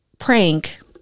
prank